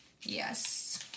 Yes